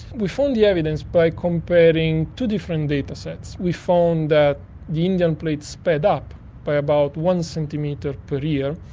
we found the evidence by comparing two different datasets. we found that the indian plates sped up by about one centimetre per year,